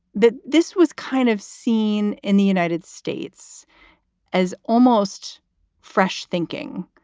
that this was kind of seen in the united states as almost fresh thinking.